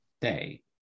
day